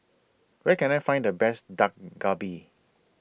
Where Can I Find The Best Dak Galbi